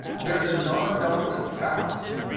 there's a nondominant spouse.